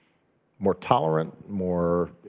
more tolerant, more